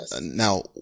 Now